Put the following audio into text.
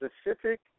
specific